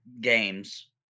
games